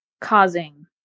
causing